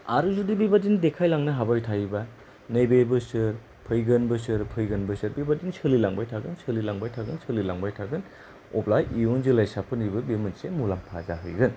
आरो जुदि बेबायदिनो देखायलांनो हाबाय थायोब्ला नैबे बोसोर फैगोन बोसोर फैगोन बोसोर बेबादिनो सोलिलांबाय थागोन सोलिलांबाय थागोन अब्ला इयुन जोलैसाफोरनिबो बे मोनसे मुलाम्फा जाहैगोन